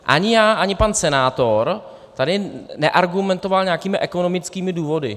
Ani já, ani pan senátor tady neargumentoval nějakými ekonomickými důvody.